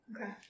Okay